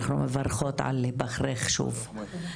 אנחנו מברכות על היבחרך שוב.